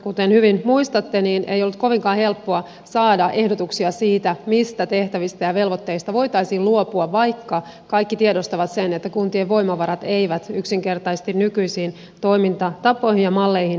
kuten hyvin muistatte niin ei ollut kovinkaan helppoa saada ehdotuksia siitä mistä tehtävistä ja velvoitteista voitaisiin luopua vaikka kaikki tiedostavat sen että kuntien voimavarat eivät yksinkertaisesti nykyisiin toimintatapoihin ja malleihin riitä